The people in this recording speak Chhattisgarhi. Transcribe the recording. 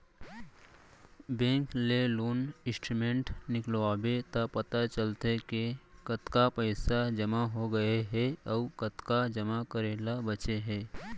बेंक ले लोन स्टेटमेंट निकलवाबे त पता चलथे के कतका पइसा जमा हो गए हे अउ कतका जमा करे ल बांचे हे